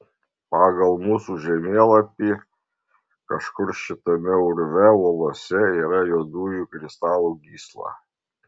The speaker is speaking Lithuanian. pagal mūsų žemėlapį kažkur šitame urve uolose yra juodųjų kristalų gysla